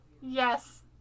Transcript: yes